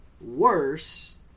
worse